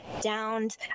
downed